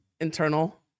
internal